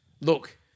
look